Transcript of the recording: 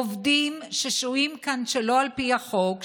עובדים ששוהים כאן שלא על פי החוק,